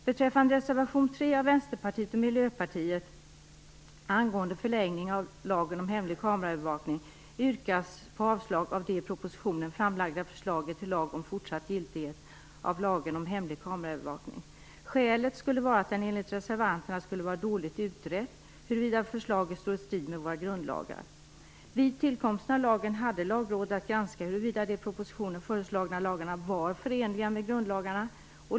I reservation 3 av Vänsterpartiet och Miljöpartiet angående förlängning av lagen om hemlig kameraövervakning yrkas avslag på det i propositionen framlagda förslaget till lag om fortsatt giltighet av denna lag. Skälet är att det enligt reservanterna skulle vara dåligt utrett huruvida förslaget står i strid med våra grundlagar. Vid tillkomsten av lagen hade Lagrådet att granska huruvida de i propositionen föreslagna lagarna var förenliga med grundlagarna.